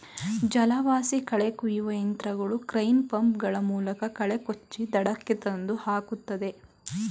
ಜಲವಾಸಿ ಕಳೆ ಕುಯ್ಯುವ ಯಂತ್ರಗಳು ಕ್ರೇನ್, ಪಂಪ್ ಗಳ ಮೂಲಕ ಕಳೆ ಕುಚ್ಚಿ ದಡಕ್ಕೆ ತಂದು ಹಾಕುತ್ತದೆ